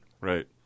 Right